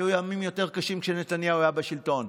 היו ימים יותר קשים כשנתניהו היה בשלטון,